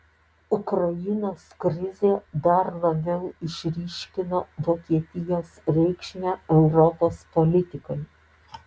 ukrainos krizė dar labiau išryškino vokietijos reikšmę europos politikai